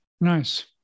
Nice